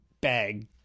bag